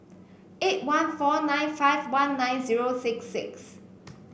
eight one four nine five one nine zero six six